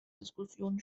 diskussion